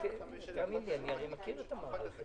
--- שינינו ואתה לא היית.